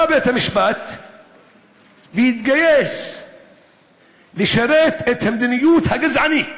בא בית-המשפט והתגייס לשרת את המדיניות הגזענית